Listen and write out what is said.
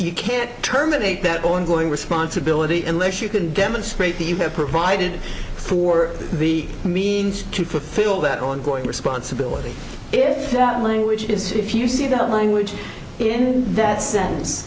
you can terminate that ongoing responsibility and less you can demonstrate that you have provided for the means to fulfill that ongoing responsibility if that language is if you see the language in that sense